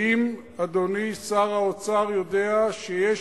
האם אדוני שר האוצר יודע שיש